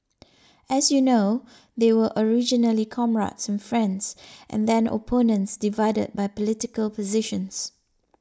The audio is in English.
as you know they were originally comrades and friends and then opponents divided by political positions